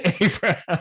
Abraham